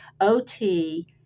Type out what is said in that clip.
OT